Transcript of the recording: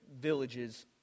villages